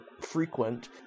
frequent